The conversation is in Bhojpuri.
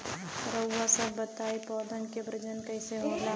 रउआ सभ बताई पौधन क प्रजनन कईसे होला?